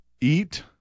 Eat